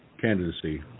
candidacy